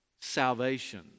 salvation